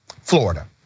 Florida